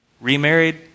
remarried